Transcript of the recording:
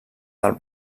del